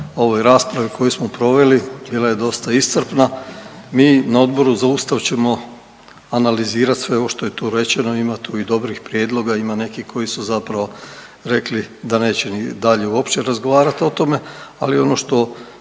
ovoj raspravi koju smo proveli, bila je dosta iscrpna. Mi na Odboru za Ustav ćemo analizirati sve ovo što je tu rečeno. Ima tu i dobrih prijedloga. Ima nekih koji su zapravo rekli da neće dalje uopće razgovarati o tome. Ali ono što